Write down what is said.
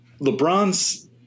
LeBron's